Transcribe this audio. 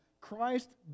Christ